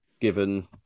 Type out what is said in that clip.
given